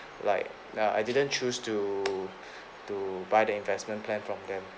like ya I didn't choose to to to to buy the investment plan from them